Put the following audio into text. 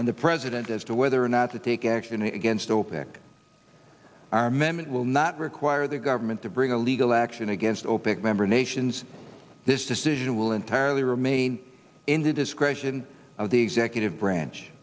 and the president as to whether or not to take action against opec are mehmet will not require the government to bring a legal action against opec member nations this decision will entirely remain in the discretion of the executive branch